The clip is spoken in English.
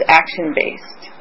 action-based